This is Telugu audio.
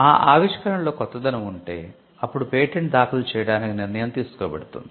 ఆ ఆవిష్కరణలో కొత్తదనం ఉంటే అప్పుడు పేటెంట్ దాఖలు చేయడానికి నిర్ణయం తీసుకోబడుతుంది